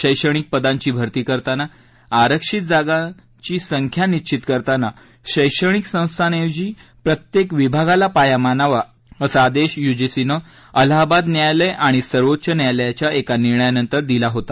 शैक्षणिक पदांची भरती करताना आरक्षित जागांची संख्या निश्वित करताना शैक्षणिक संस्थांऐवजी प्रत्येक विभागाला पाया मानावा असा आदेश यूजीसीनं अलाहाबाद न्यायालय आणि सर्वोच्च न्यायालयाच्या का निर्णयानंतर दिला होता